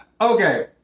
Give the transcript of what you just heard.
Okay